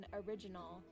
original